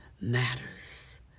matters